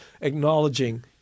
acknowledging